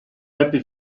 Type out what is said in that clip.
happy